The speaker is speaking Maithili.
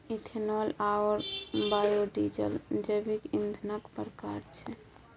इथेनॉल आओर बायोडीजल जैविक ईंधनक प्रकार छै